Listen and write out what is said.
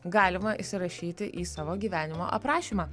galima įsirašyti į savo gyvenimo aprašymą